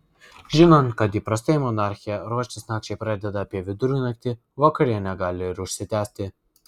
žinant kad įprastai monarchė ruoštis nakčiai pradeda apie vidurnaktį vakarienė gali ir užsitęsti